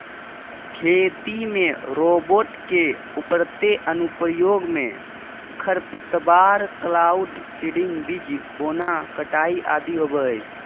खेती में रोबोट के उभरते अनुप्रयोग मे खरपतवार, क्लाउड सीडिंग, बीज बोना, कटाई आदि होवई हई